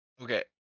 Okay